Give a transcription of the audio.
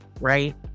right